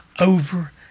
over